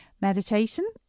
meditation